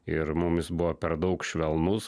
ir mum jis buvo per daug švelnus